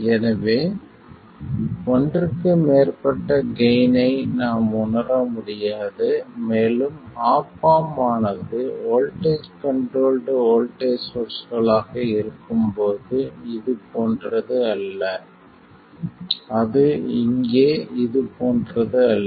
எனவே ஒன்றுக்கு மேற்பட்ட கெய்ன் ஐ நாம் உணர முடியாது மேலும் ஆப் ஆம்ப் ஆனது வோல்ட்டேஜ் கண்ட்ரோல்ட் வோல்ட்டேஜ் சோர்ஸ்களாக இருக்கும் போது இது போன்றது அல்ல அது இங்கே இது போன்றது அல்ல